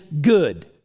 good